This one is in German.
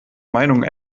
meinung